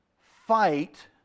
fight